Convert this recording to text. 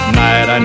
night